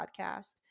podcast